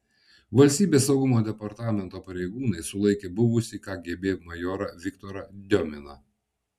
valstybės saugumo departamento pareigūnai sulaikė buvusį kgb majorą viktorą diominą